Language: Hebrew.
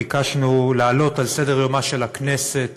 ביקשנו להעלות על סדר-יומה של הכנסת